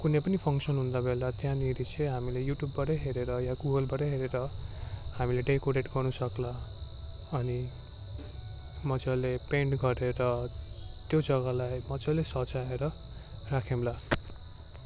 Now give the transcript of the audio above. कुनै पनि फङ्सन हुँदा बेला त्यहाँनेरि चाहिँ हामीले युट्युबबाटै हेरेर या गुगलबाटै हेरेर हामीले डेकोरेट गर्नुसक्ला अनि मजाले पेन्ट गरेर त्यो जग्गालाई मजाले सजाएर राख्यौँ ला